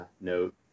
note